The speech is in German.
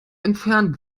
entfernt